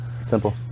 Simple